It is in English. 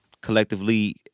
collectively